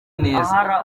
neza